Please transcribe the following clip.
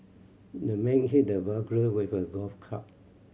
the man hit the burglar with a golf club